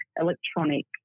electronic